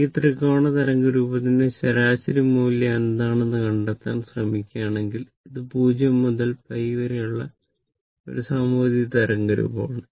ഈ ത്രികോണ തരംഗ രൂപത്തിന്റെ ശരാശരി മൂല്യം എന്താണെന്ന് കണ്ടെത്താൻ ശ്രമിക്കുകയാണെങ്കിൽ ഇത് 0 മുതൽ π വരെയുള്ള ഒരു സമമിതി തരംഗമാണ്